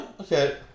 Okay